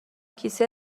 کیسه